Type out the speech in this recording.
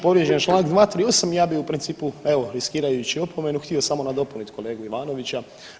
Povrijeđen je čl. 238, ja bih u principu, evo, riskirajući opomenu htio samo nadopuniti kolegu Ivanovića.